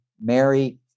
Mary